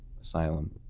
asylum